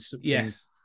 Yes